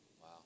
Wow